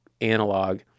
analog